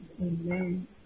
Amen